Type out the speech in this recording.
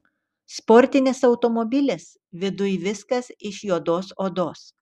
sportinis automobilis viduj viskas iš juodos odos